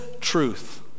truth